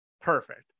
Perfect